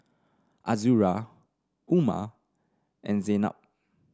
Azura Umar and Zaynab